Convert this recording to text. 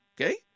okay